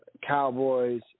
Cowboys